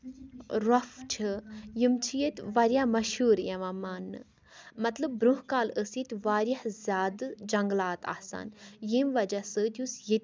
رۄپھ چھِ یِم چھِ ییٚتہ واریاہ مَشہور یِوان ماننہٕ مطلب برۄنہہ کالہٕ ٲسۍ ییٚتہِ واریاہ زیادٕ جنگلات آسان ییٚمہِ وجہہ سۭتۍ یُس ییٚتِچ